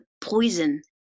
poison